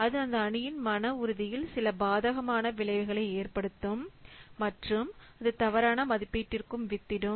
அது அந்த அணியின் மன உறுதியில் சில பாதகமான விளைவுகளை ஏற்படுத்தும் மற்றும் அது தவறான மதிப்பீட்டிற்கு வித்திடும்